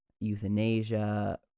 euthanasia